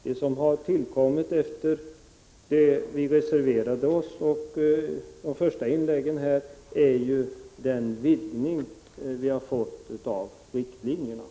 Det som har tillkommit efter det att vi reserverade oss är — som framkommit av de första inläggen — den vidgning som genomförts av riktlinjerna.